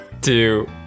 two